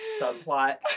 subplot